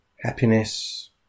happiness